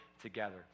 together